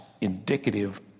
indicative